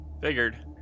Figured